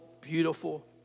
beautiful